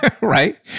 Right